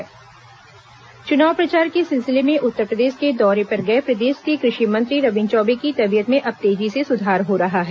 रविन्द्र चौबे स्वास्थ्य चुनाव प्रचार के सिलसिले में उत्तरप्रदेश के दौरे पर गए प्रदेश के कृषि मंत्री रविन्द्र चौबे की तबीयत में अब तेजी से सुधार हो रहा है